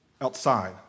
outside